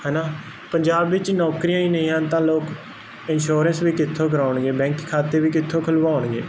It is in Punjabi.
ਹਨਾ ਪੰਜਾਬ ਵਿੱਚ ਨੌਕਰੀਆਂ ਹੀ ਨਹੀਂ ਹਨ ਤਾਂ ਲੋਕ ਇਨਸ਼ੋਰੈਂਸ ਵੀ ਕਿੱਥੋਂ ਕਰਾਉਣਗੇ ਬੈਂਕ ਖਾਤੇ ਵੀ ਕਿੱਥੋਂ ਖੁਲਵਾਉਣਗੇ